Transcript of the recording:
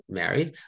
married